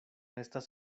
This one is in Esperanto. estas